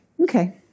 Okay